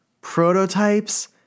Prototypes